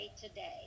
today